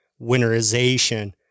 winterization